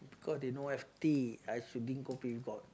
cause they no have tea I should drink coffee if got